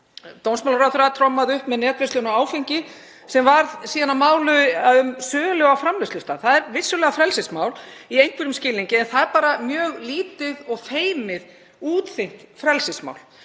Dómsmálaráðherra trommaði upp með netverslun á áfengi sem varð síðan að máli um sölu á framleiðslustað. Það er vissulega frelsismál í einhverjum skilningi en það er bara mjög lítið og útþynnt frelsismál.